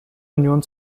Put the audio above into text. union